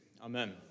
Amen